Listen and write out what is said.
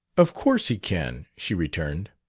of course he can, she returned.